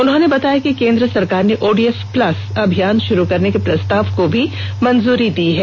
उन्होंने बताया कि केंद्र सरकार ने ओडीएफ प्लस अभियान शुरू करने के प्रस्ताव को भी मंजूरी दी है